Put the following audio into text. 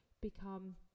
become